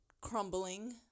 crumbling